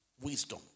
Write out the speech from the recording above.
wisdom